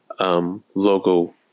Logo